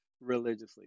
religiously